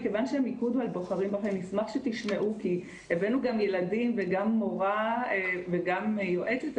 הבאנו גם ילדים וגם מורה וגם יועצת,